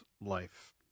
life